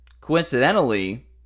coincidentally